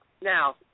Now